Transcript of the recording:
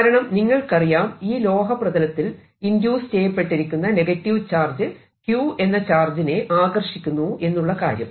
കാരണം നിങ്ങൾക്കറിയാം ഈ ലോഹപ്രതലത്തിൽ ഇൻഡ്യൂസ് ചെയ്യപ്പെട്ടിരിക്കുന്ന നെഗറ്റീവ് ചാർജ് q എന്ന ചാർജിനെ ആകർഷിക്കുന്നു എന്നുള്ള കാര്യം